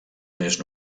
més